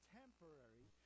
temporary